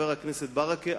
חבר הכנסת ברכה,